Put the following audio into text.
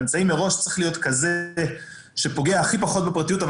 האמצעי מראש צריך להיות כזה שפוגע הכי פחות בפרטיות אבל